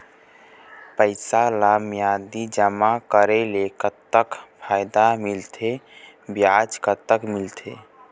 पैसा ला मियादी जमा करेले, कतक फायदा मिलथे, ब्याज कतक मिलथे?